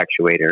actuator